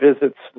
visits